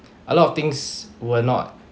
a lot of things were not